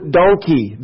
donkey